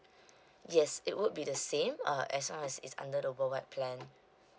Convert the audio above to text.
yes it would be the same uh as long as it's under the worldwide plan